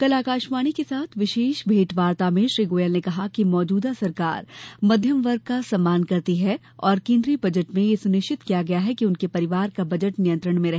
कल आकाशवाणी के साथ विशेष भेंट वार्ता में श्री गोयल ने कहा कि मौजूदा सरकार मध्यमवर्ग का सम्मान करती है और केंद्रीय बजट में यह सुनिश्चित किया गया है कि उनके परिवार का बजट नियंत्रण में रहे